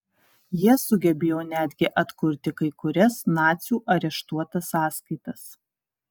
jie sugebėjo netgi atkurti kai kurias nacių areštuotas sąskaitas